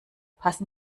passen